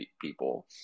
people